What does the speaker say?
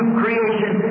creation